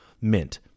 mint